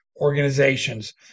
organizations